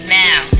now